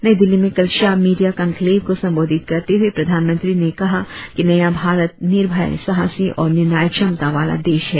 नई दिल्ली में कल शाम मीडिया कॉन्क्लेव को संबोधित करते हुए प्रधानमंत्री ने कहा कि नया भारत निर्भय साहसी और निर्णायक क्षमता वाला देश है